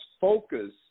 focus